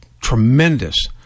tremendous